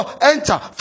enter